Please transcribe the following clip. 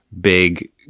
big